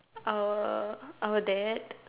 our our dad